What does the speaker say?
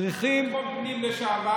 כסגן השר לביטחון פנים לשעבר,